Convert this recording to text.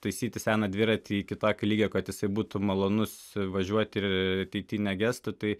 taisyti seną dviratį iki tokio lygio kad jisai būtų malonus važiuoti ir ateity negestų tai